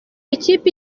ikipe